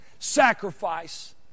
sacrifice